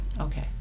Okay